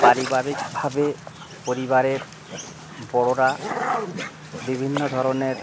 পারিবারিকভাবে পরিবারের বড়োরা বিভিন্ন ধরনের